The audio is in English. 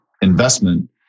investment